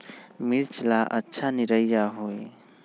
मिर्च ला अच्छा निरैया होई?